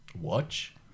Watch